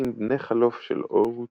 אפקטים בני חלוף של אור ותנועה.